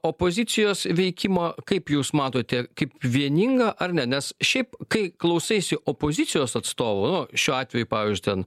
opozicijos veikimą kaip jūs matote kaip vieningą ar ne nes šiaip kai klausaisi opozicijos atstovų nu šiuo atveju pavyzdžiui ten